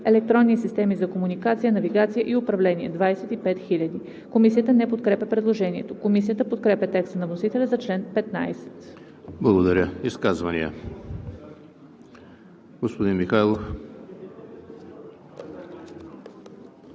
електронни системи за комуникация, навигация и управление 25 000, 0“. Комисията не подкрепя предложението. Комисията подкрепя текста на вносителя за чл. 15. ПРЕДСЕДАТЕЛ ЕМИЛ ХРИСТОВ: Благодаря. Изказвания? Господин Михайлов